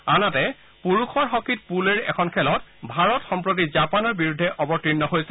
আনহাতে পুৰুষৰ হকীত পুল এৰ এখন খেলত ভাৰত সম্প্ৰতি জাপানৰ বিৰুদ্ধে অৱতীৰ্ণ হৈছে